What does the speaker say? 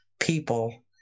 people